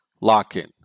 lock-in